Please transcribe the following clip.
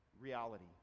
reality